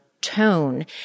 tone